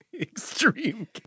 Extreme